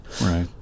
Right